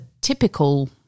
typical